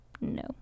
no